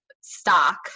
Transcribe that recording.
stock